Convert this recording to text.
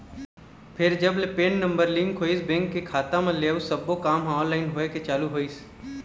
फेर जब ले पेन नंबर लिंक होइस बेंक के खाता मन ले अउ सब्बो काम ह ऑनलाइन होय के चालू होइस